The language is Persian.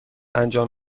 انجام